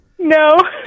No